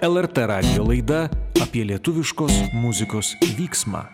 el er tė radijo laida apie lietuviškos muzikos vyksmą